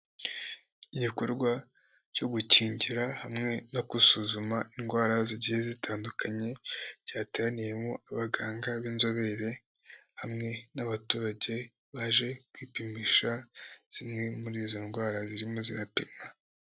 Igikorwa cyo gukingira hamwe no gusuzuma indwara zigiye zitandukanye, cyateraniyemo abaganga b'inzobere hamwe n'abaturage baje kwipimisha zimwe muri izo ndwara zirimo zirapimwa.